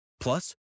Plus